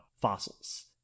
fossils